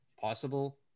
possible